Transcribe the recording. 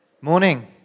Morning